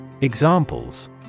Examples